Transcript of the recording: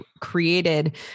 created